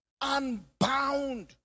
unbound